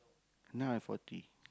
now I forty